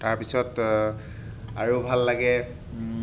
তাৰপিছত আৰু ভাল লাগে